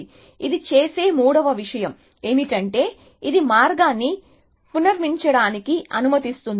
కాబట్టి ఇది చేసే మూడవ విషయం ఏమిటంటే ఇది మార్గాన్ని పునర్నిర్మించడానికి అనుమ తిస్తుంది